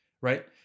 Right